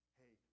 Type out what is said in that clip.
hey